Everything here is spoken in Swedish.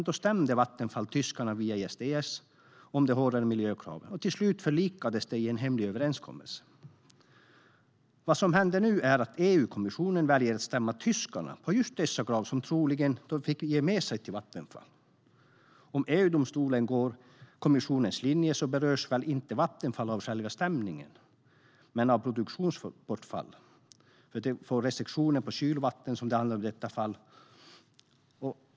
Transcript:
Då stämde Vattenfall tyskarna via ISDS gällande de hårdare miljökraven, och till slut förlikades de i en hemlig överenskommelse. Vad som händer nu är att EU-kommissionen väljer att stämma tyskarna just när det gäller dessa krav, där de troligen fick ge med sig till Vattenfall. Om EU-domstolen går på kommissionens linje berörs väl Vattenfall inte av själva stämningen men av produktionsbortfall. Det blir restriktioner för kylvatten, som det handlar om i detta fall.